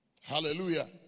Hallelujah